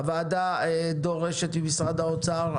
הוועדה דורשת ממשרד האוצר,